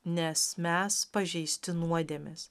nes mes pažeisti nuodėmės